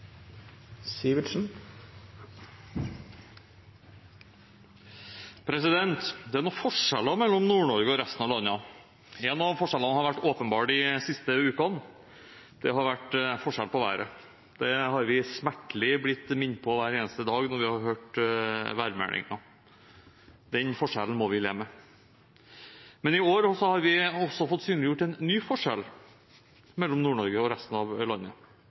Det er noen forskjeller mellom Nord-Norge og resten av landet. En av forskjellene har vært åpenbar de siste ukene. Det er forskjellen på været. Det har vi smertelig blir minnet på hver eneste dag når vi har hørt værmeldingen. Den forskjellen må vi leve med. Men i år har vi også fått synliggjort en ny forskjell mellom Nord-Norge og resten av landet.